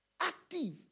Active